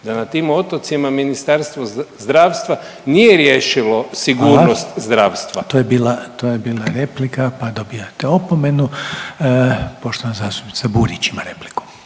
da na tim otocima Ministarstvo zdravstva nije riješilo sigurnost zdravstva. **Reiner, Željko (HDZ)** To je bila replika pa dobijate opomenu. Poštovana zastupnica Burić ima repliku.